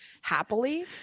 happily